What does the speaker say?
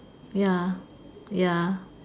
ya ya